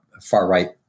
far-right